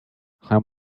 how